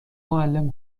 معلم